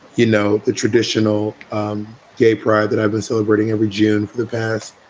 you know, the traditional gay pride that i've been celebrating every june for the past.